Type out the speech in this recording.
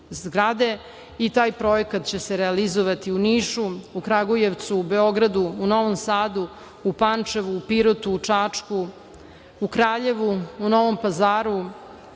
Taj projekat će se realizovati u Nišu, Kragujevcu, Beogradu, Novom Sadu, Pančevu, Pirotu, Čačku, Kraljevu, Novom Pazaru,